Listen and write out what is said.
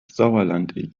sauerland